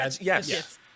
yes